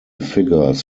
figures